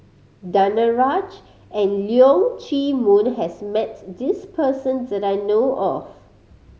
Danaraj and Leong Chee Mun has met this person that I know of